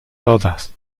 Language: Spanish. todas